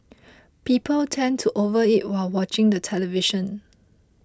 people tend to overeat while watching the television